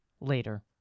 later